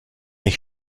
ich